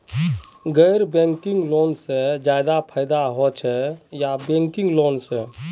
गैर banking loan से ज्यादा फायदा होचे या बैंकिंग लोन से?